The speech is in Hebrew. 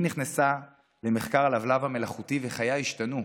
היא נכנסה למחקר הלבלב המלאכותי וחייה השתנו.